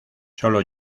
solo